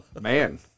Man